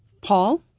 Paul